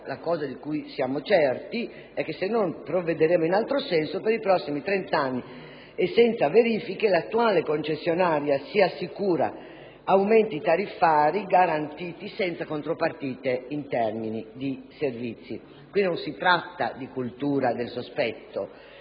la messa in mora: siamo certi, però, che se non provvederemo in altro senso, per i prossimi trent'anni e senza verifiche, l'attuale concessionaria si assicura aumenti tariffari garantiti, senza contropartite in termini di servizi. Qui non si tratta di cultura del sospetto,